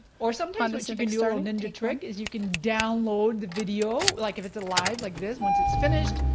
or sometimes what you can do, a little ninja trick, is you can download the video, like if it's a live like this once it's finished.